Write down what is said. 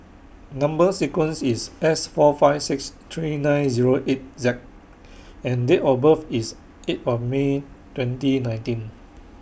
Number sequence IS S four five six three nine Zero eight Z and Date of birth IS eight of May twenty nineteen